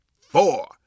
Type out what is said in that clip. four